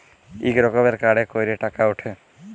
ইক রকমের কাড়ে ক্যইরে টাকা উঠে